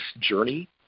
journey